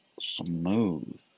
smooth